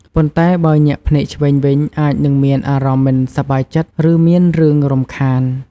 ប៉ុន្តែបើ ញាក់ភ្នែកឆ្វេងវិញ អាចនឹងមានអារម្មណ៍មិនសប្បាយចិត្ត ឬមានរឿងរំខាន។